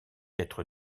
être